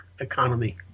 economy